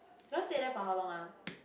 you all stay there for how long ah